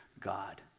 God